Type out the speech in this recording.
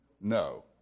No